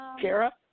Kara